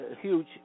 huge